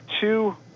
two